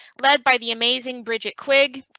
led by the amazing bridget quigg,